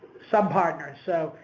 sub partners. so,